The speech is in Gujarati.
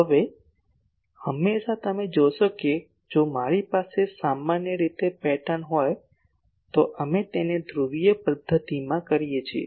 હવે હંમેશાં તમે જોશો કે જો મારી પાસે સામાન્ય રીતે પેટર્ન હોય તો અમે તેને ધ્રુવીય પદ્ધતિમાં કરીએ છીએ